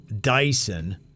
Dyson